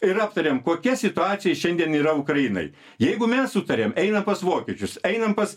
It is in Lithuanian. ir aptarėm kokia situacija šiandien yra ukrainai jeigu mes sutarėm einam pas vokiečius einam pas